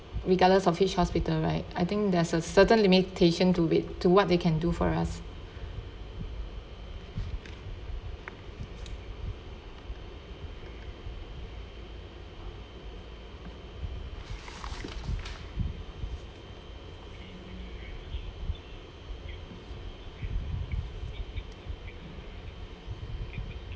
regardless of which hospital right I think there's a certain limitations to it to what they can do for us